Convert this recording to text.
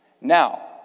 Now